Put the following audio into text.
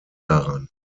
daran